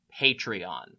Patreon